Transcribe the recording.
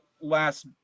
last